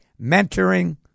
mentoring